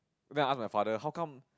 I'm going to ask my father how come